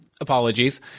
Apologies